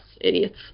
idiots